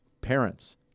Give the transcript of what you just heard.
parents